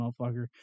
motherfucker